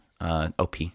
Op